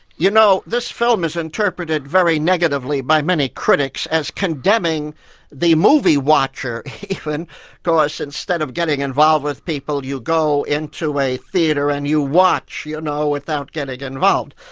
you know, this film is interpreted very negatively by many critics as condemning the movie watcher even, of course instead of getting involved with people you go into a theatre and you watch, you know, without getting involved.